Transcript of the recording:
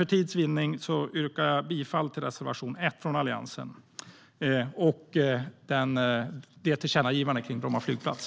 För tids vinnande yrkar jag dock endast bifall till reservation 1 från Alliansen och det tillkännagivandet kring Bromma flygplats.